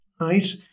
right